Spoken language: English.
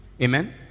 Amen